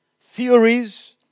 theories